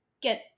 get